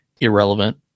irrelevant